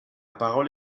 parole